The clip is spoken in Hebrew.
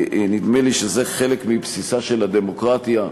נדמה לי שזה חלק מבסיסה של הדמוקרטיה.